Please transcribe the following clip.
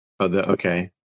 Okay